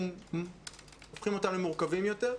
אנחנו הופכים אותם למורכבים יותר.